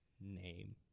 name